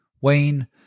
Wayne